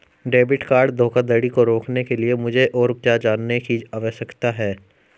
Debit card धोखाधड़ी को रोकने के लिए मुझे और क्या जानने की आवश्यकता है?